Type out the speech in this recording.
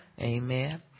Amen